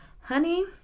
honey